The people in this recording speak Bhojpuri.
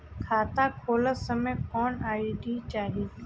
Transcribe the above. खाता खोलत समय कौन आई.डी चाही?